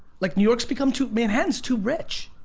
like new york's become too manhattan's, too rich